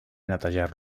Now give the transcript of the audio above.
netejar